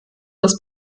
das